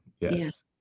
yes